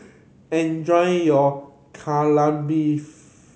enjoy your Kai Lan Beef